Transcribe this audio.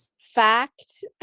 fact